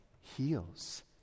heals